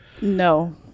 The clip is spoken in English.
No